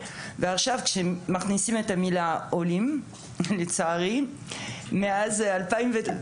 כשמכניסים את המילה: "עולים", לצערי, מאז 2006